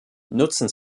nutzen